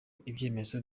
ibyemezo